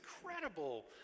incredible